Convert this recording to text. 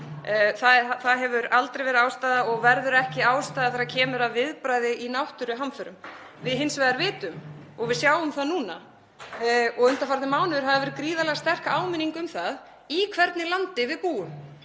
Það hefur aldrei verið ástæða og verður ekki ástæða þegar kemur að viðbragði í náttúruhamförum. Við hins vegar vitum og sjáum það núna og undanfarnir mánuðir hafa verið gríðarlega sterk áminning um það í hvernig landi við búum